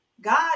God